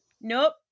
Nope